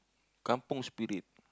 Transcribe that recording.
Kampung Spirit